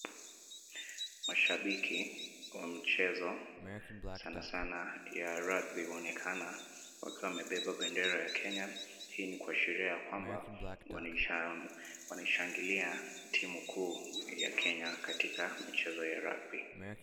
Mashabiki wa mchezo, sana sana ya rugby wanaonekana wakiwa wamebeba bendera ya Kenya hii ni kuashiria ya kwamba wanaishangilia timu kuu ya Kenya katika michezo ya rugby .